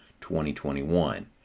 2021